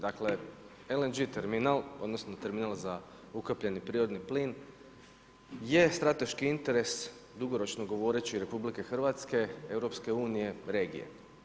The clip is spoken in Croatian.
Dakle LNG terminal odnosno terminal za ukapljeni prirodni plin je strateški interes dugoročno govoreći RH, EU, regije.